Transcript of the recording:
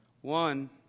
One